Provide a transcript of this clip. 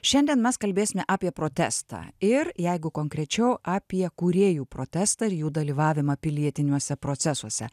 šiandien mes kalbėsime apie protestą ir jeigu konkrečiau apie kūrėjų protestą ir jų dalyvavimą pilietiniuose procesuose